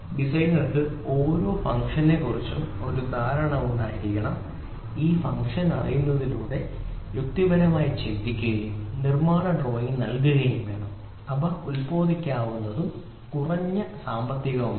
ഡിസൈനർക്ക് ഓരോ ഫംഗ്ഷനെക്കുറിച്ചും ഒരു ധാരണ ഉണ്ടായിരിക്കണം ഈ ഫംഗ്ഷൻ അറിയുന്നതിലൂടെ യുക്തിപരമായി ചിന്തിക്കുകയും നിർമ്മാണ ഡ്രോയിംഗ് നൽകുകയും വേണം അത് ഉൽപ്പാദിപ്പിക്കാവുന്നതും കുറഞ്ഞ സാമ്പത്തികവുമാണ്